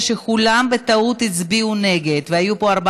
(השתתפות במימון פעילות מוסדות ההנצחה),